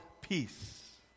peace